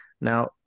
Now